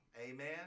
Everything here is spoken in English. Amen